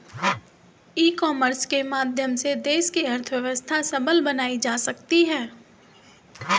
e commerce के माध्यम से देश की अर्थव्यवस्था सबल बनाई जा सकती है